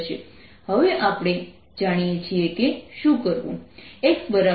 હવે આપણે જાણીએ છીએ કે શું કરવું